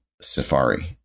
Safari